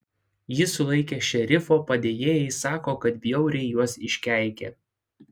jį sulaikę šerifo padėjėjai sako kad bjauriai juos iškeikė